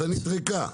המחסנית ריקה.